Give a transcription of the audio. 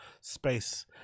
space